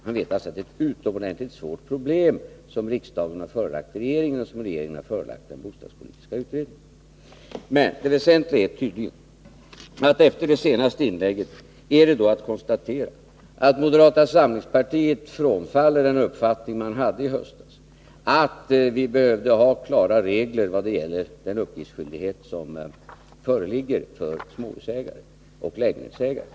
Han vet alltså att det är ett utomordentligt svårt problem som riksdagen har förelagt regeringen och som regeringen nu har förelagt den bostadspolitiska utredningen. Men det väsentliga är att vi efter Knut Wachtmeisters senaste inlägg kan konstatera att moderata samlingspartiet frånträder den uppfattning man hade i höstas, dvs. att vi behöver ha klara regler när det gäller den uppgiftsskyldighet som föreligger för småhusägare och lägenhetsägare.